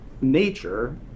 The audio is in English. nature